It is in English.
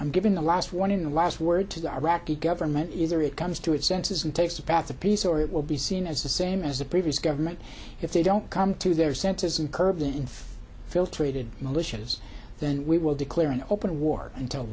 i'm giving the last one in the last word to the iraqi government is or it comes to its senses and takes a path to peace or it will be seen as this same as the previous government if they don't come to their senses and curbing filtrated militias then we will declare an open war until